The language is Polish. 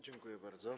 Dziękuję bardzo.